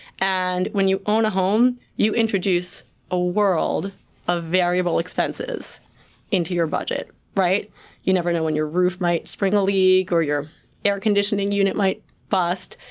and when you own a home, you introduce a world of variable expenses into your budget. you never know when your roof might spring a leak, or your air conditioning unit might bust.